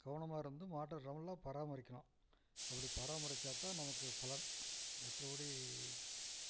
கவனமாக இருந்து மாட்டை நல்லா பராமரிக்கணும் அப்படி பராமரிச்சால் தான் நமக்கு பலன் மற்றபடி